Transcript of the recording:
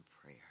prayer